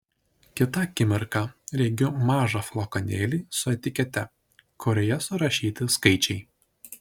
kitą akimirką regiu mažą flakonėlį su etikete kurioje surašyti skaičiai